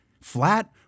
flat